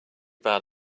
bad